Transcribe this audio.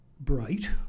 bright